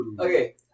Okay